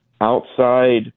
outside